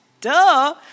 Duh